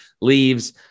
leaves